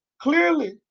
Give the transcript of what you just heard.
clearly